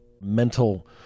mental